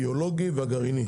הביולוגי והגרעיני)